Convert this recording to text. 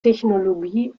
technologie